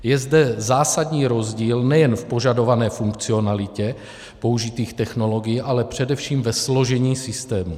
Je zde zásadní rozdíl nejen v požadované funkcionalitě použitých technologií, ale především ve složení systému.